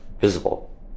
visible